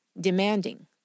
demanding